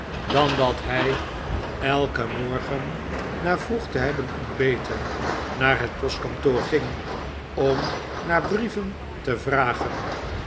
dan dat hij elken morgen na vroeg te hebben ontbeten naar het postkantoor ging om naar brieven te vragen